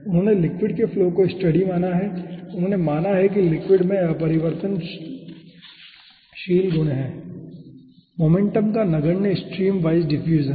उन्होंने लिक्विड के फ्लो को स्टेडी माना है उन्होंने माना है कि लिक्विड में अपरिवर्तनशील गुण है मोमेंटम का नगण्य स्ट्रीम वाइज डिफ्यूजन